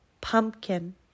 pumpkin